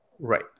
right